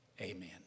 Amen